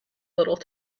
little